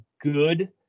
good